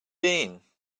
been